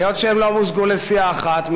היות שהן לא מוזגו לסיעה אחת,